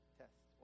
test